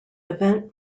event